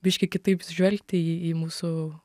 biškį kitaip žvelgti į į mūsų